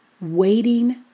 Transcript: Waiting